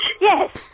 Yes